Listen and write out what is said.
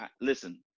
listen